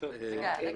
יש לי שאלה קטנה.